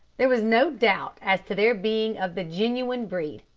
there was no doubt as to their being of the genuine breed,